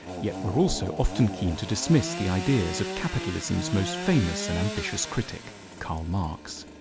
yet we're also often keen to dismiss the ideas of capitalism's most famous and ambitious critic, karl marx.